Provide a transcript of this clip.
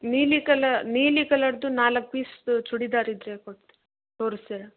ನೀಲಿ ಕಲ ನೀಲಿ ಕಲರ್ದು ನಾಲ್ಕು ಪೀಸ್ದು ಚೂಡಿದಾರ್ ಇದ್ದರೆ ಕೊಡ್ತಿ ತೋರಿಸ್ತೀರಾ